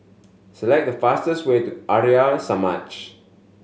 select the fastest way to Arya Samaj